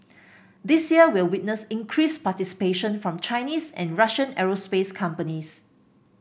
this year will witness increased participation from Chinese and Russian aerospace companies